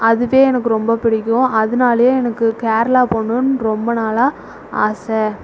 அதுவே எனக்கு ரொம்ப பிடிக்கும் அதனாலே எனக்கு கேரளா போகணுன்னு ரொம்ப நாளாக ஆசை